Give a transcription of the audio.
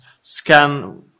scan